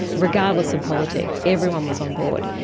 regardless of politics, everyone was on board.